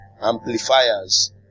amplifiers